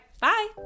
Bye